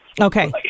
Okay